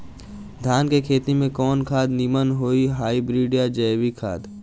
धान के खेती में कवन खाद नीमन होई हाइब्रिड या जैविक खाद?